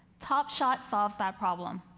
top shot solves that problem.